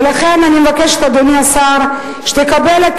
ולכן, אני מבקשת, אדוני השר, שתקבל את